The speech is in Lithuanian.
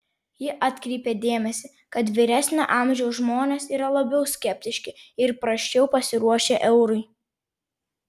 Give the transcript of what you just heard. ji atkreipė dėmesį kad vyresnio amžiaus žmonės yra labiau skeptiški ir prasčiau pasiruošę eurui